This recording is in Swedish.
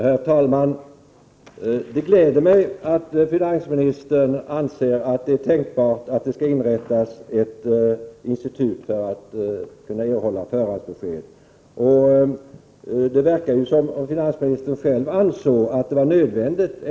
Herr talman! Det gläder mig att det enligt finansministern är tänkbart att inrätta ett institut för erhållande av förhandsbesked. Det verkar som om finansministern själv anser att detta är nödvändigt.